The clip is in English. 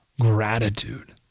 Gratitude